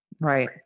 Right